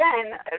again